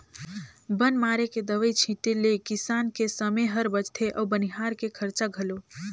बन मारे के दवई छीटें ले किसान के समे हर बचथे अउ बनिहार के खरचा घलो